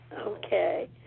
okay